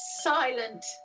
silent